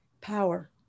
power